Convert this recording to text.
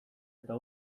eta